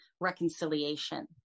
reconciliation